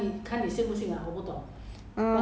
mm mm